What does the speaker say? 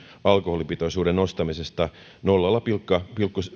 alkoholipitoisuuden nostamisesta nolla pilkku